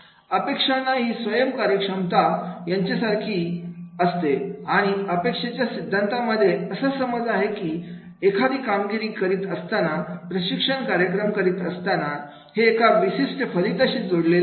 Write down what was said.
अपेक्षाही स्वयम कार्यक्षमता याच्या सारखी असते आणि अपेक्षेच्या सिद्धांत मध्ये असा समज आहे की एखादी कामगिरी करीत असताना प्रशिक्षण कार्यक्रम करीत असताना हे एका विशिष्ट फलिशी जोडलेले आहे